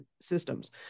systems